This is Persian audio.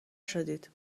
شدید